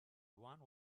one